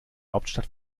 hauptstadt